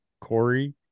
Corey